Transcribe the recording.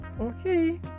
Okay